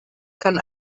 kann